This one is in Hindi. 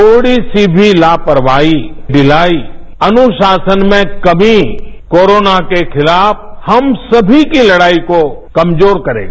थोड़ीसी भी लापरवाही ढिलाई अनुशासन में कमी कोरोना के खिलाफ हम सभी की लड़ाई को कमजोर करेगा